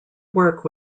work